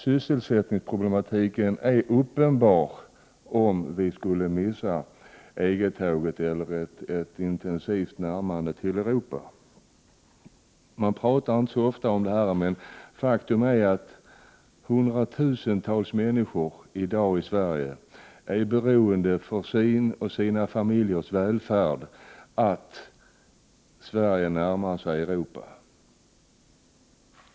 Sysselsättningsproble 8 maj 1989 men kommer att bli uppenbara om vi skulle missa EG-tåget eller ett intensivt närmande till Europa. Det talas inte så ofta om detta, men faktum är att hundratusentals människor i Sverige i dag för sin och sina familjers välfärd är beroende av vad Sverige närmar sig Europa.